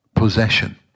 possession